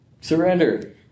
surrender